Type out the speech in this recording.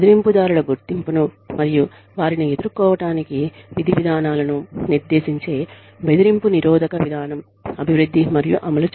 బెదిరింపుదారుల గుర్తింపును మరియు వారిని ఎదుర్కోవటానికి విధివిధానాలను నిర్దేశించే బెదిరింపు నిరోధక విధానం అభివృద్ధి మరియు అమలు